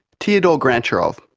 teodor grantcharov.